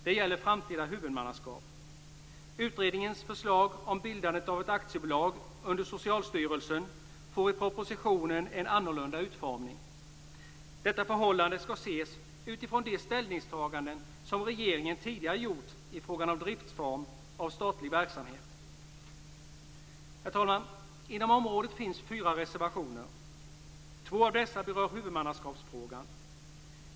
Det gäller framtida huvudmannaskap. Utredningens förslag om bildandet av ett aktiebolag under Socialstyrelsen får i propositionen en annorlunda utformning. Detta förhållande skall ses utifrån de ställningstaganden som regeringen tidigare gjort i frågan om driftform av statlig verksamhet. Herr talman! Inom området finns fyra reservationer. Två av dessa berör huvudmannaskapsfrågan.